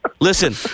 Listen